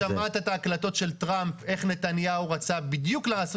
אתה שמעת את ההקלטות של טראמפ איך נתניהו רצה בדיוק לעשות